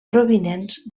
provinents